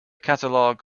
catalog